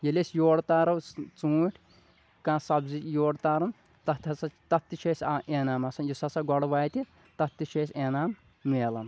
ییٚلہِ أسۍ یورٕ تارو ژوٗنٹھۍ کانٛہہ سبزی یورٕ تاران تتھ ہسا تتھ تہِ چھِ اسہِ انعام آسان یُس ہسا گۄڈٕ واتہِ تتھ تہِ چھِ اسہِ انعام میلان